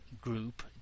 group